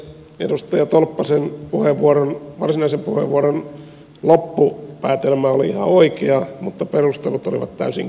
edustaja tolppasen varsinaisen puheenvuoron loppupäätelmä oli ihan oikea mutta perustelut olivat täysin kestämättömiä